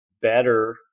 better